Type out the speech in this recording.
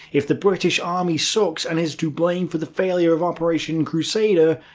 if the british army sucks, and is to blame for the failure of operation crusader,